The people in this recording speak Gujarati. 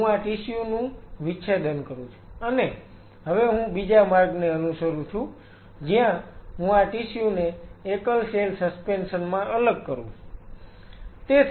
હું આ ટિશ્યુ નું વિચ્છેદન કરું છું અને હવે હું બીજા માર્ગને અનુસરૂ છું જ્યાં હું આ ટિશ્યુ ને એકલ સેલ સસ્પેન્શન માં અલગ કરું છું